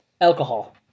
alcohol